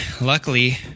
luckily